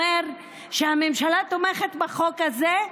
אומר שהממשלה תומכת בחוק הזה,